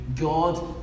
God